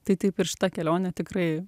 tai taip ir šita kelionė tikrai